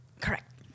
correct